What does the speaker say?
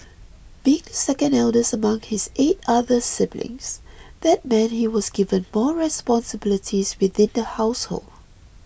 being the second eldest among his eight other siblings that meant he was given more responsibilities within the household